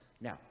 Now